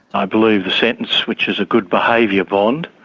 i believe the sentence, which is a good behaviour bond,